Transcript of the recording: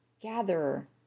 Gatherer